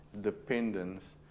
dependence